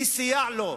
מי סייע לו,